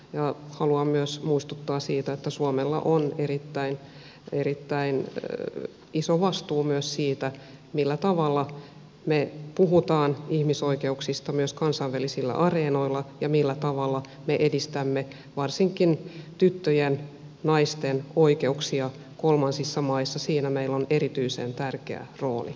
ja haluan myös muistuttaa siitä että suomella on erittäin iso vastuu myös siitä millä tavalla me puhumme ihmisoikeuksista myös kansainvälisillä areenoilla ja millä tavalla me edistämme varsinkin tyttöjen naisten oikeuksia kolmansissa maissa siinä meillä on erityisen tärkeä rooli